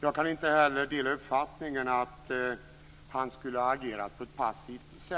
Jag kan heller inte dela uppfattningen att han skulle ha agerat passivt.